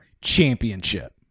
championship